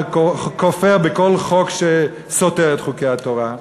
וכופר בכל חוק שסותר את חוקי התורה,